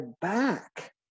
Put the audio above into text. back